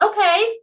okay